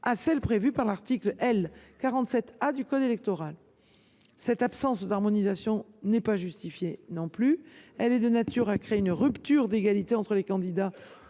à celle prévue par l’article L. 47 A du code électoral. Cette absence d’harmonisation n’est, elle non plus, pas justifiée. Elle est de nature à créer une rupture d’égalité entre les candidats